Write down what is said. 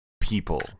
People